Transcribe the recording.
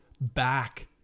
back